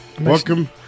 Welcome